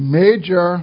major